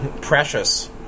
precious